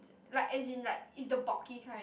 like as in like it's the bulky kind